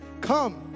Come